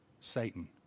Satan